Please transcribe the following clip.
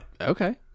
okay